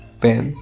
pen